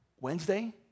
Wednesday